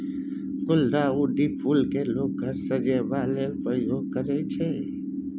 गुलदाउदी फुल केँ लोक घर सजेबा लेल प्रयोग करय छै